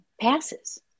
passes